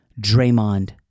Draymond